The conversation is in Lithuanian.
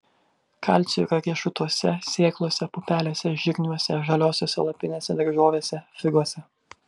kalcio yra riešutuose sėklose pupelėse žirniuose žaliosiose lapinėse daržovėse figose